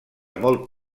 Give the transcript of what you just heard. molt